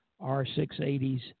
R680s